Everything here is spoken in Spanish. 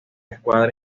escuadra